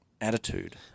attitude